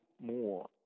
more